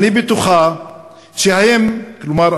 והיא מסיימת: "אני בטוחה שהם" כלומר,